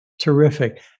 Terrific